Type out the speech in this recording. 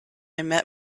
met